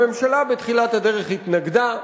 הממשלה בתחילת הדרך התנגדה,